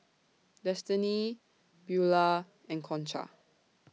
Destini Beaulah and Concha